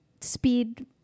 speed